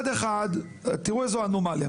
תראו איזו אנומליה.